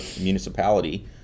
municipality